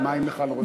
מה עם מיכל רוזין?